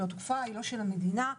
היא לא של המדינה.